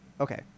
okay